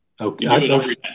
Okay